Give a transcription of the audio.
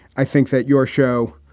i think that your show,